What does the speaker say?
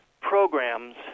programs